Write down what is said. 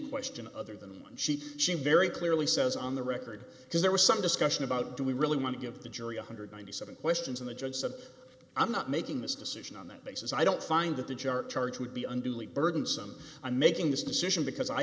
question other than what she she very clearly says on the record because there was some discussion about do we really want to give the jury one hundred and ninety seven questions and the judge said i'm not making this decision on that basis i don't find that the jar charge would be unduly burdensome i'm making this decision because i